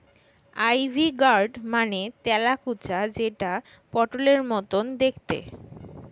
ivy gourd মানে তেলাকুচা যেটা পটলের মতো দেখতে